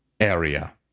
area